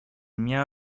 μιαν